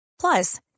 Plus